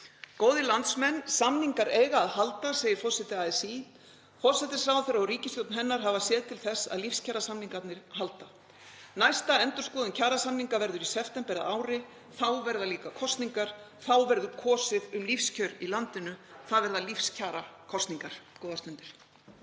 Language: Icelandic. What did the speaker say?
Góðir landsmenn. Samningar eiga að halda, segir forseti ASÍ. Forsætisráðherra og ríkisstjórn hennar hafa séð til þess að lífskjarasamningarnir halda. Næsta endurskoðun kjarasamninga verður í september að ári og þá verða líka kosningar. Þá verður kosið um lífskjör í landinu. Það verða lífskjarakosningar. — Góðar stundir.